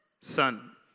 Son